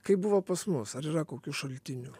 kaip buvo pas mus ar yra kokių šaltinių